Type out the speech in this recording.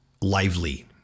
lively